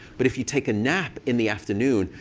but if you take a nap in the afternoon,